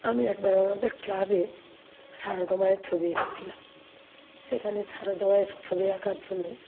আমি একবার আমাদের ক্লাবে সারদা মায়ের ছবি এঁকেছিলাম সেখানে সারদা মায়ের ছবি আঁকার জন্য